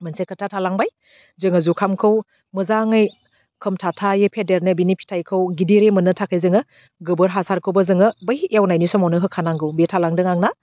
मोनसे खोथा थालांबाय जोङो जुखामखौ मोजाङै खोमथा थायै फेदेरनो बिनि फिथाइखौ गिदिरै मोननो थाखै जोङो गोबोर हासारखौबो जोङो बै एवनायनि समावनो होखानांगौ बियो थालांदों आंना